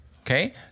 Okay